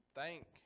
thank